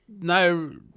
no